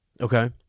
Okay